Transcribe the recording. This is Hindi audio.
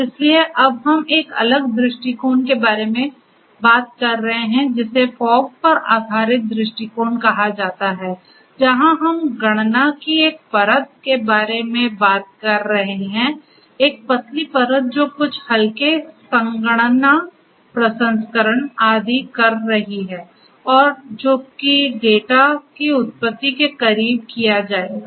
इसलिए अब हम एक अलग दृष्टिकोण के बारे में बात कर रहे हैं जिसे फॉग पर आधारित दृष्टिकोण कहा जाता है जहां हम गणना की एक परत के बारे में बात कर रहे हैं एक पतली परत जो कुछ हल्के संगणना प्रसंस्करण आदि कर रही है जो कि डाटा की उत्पत्ति के करीब किया जाएगा